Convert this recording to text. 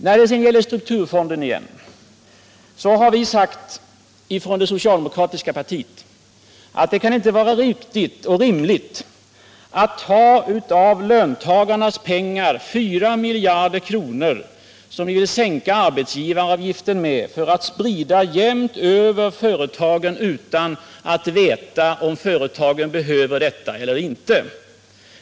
När det gäller strukturfonden har vi sagt från det socialdemokratiska partiet att det inte kan vara riktigt och rimligt att av löntagarnas pengar ta 4 miljarder kronor, som ni vill sänka arbetsgivaravgiften med, för att sprida jämnt över företagen utan att veta om företagen behöver detta eller inte.